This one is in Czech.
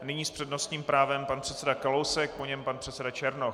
Nyní s přednostním právem pan předseda Kalousek, po něm pan předseda Černoch.